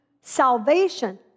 salvation